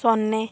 ಸೊನ್ನೆ